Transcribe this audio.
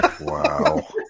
Wow